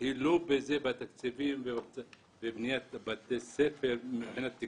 המחסור בגני ילדים בכפרים הערבים-הבדואים בנגב-לציון יום